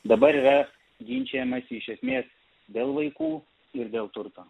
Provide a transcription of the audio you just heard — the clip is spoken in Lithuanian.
dabar yra ginčijamasi iš esmės dėl vaikų ir dėl turto